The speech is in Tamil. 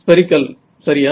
ஸ்பெரிக்கல் சரியா